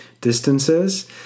distances